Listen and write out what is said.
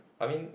I mean